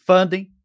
Funding